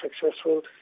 successful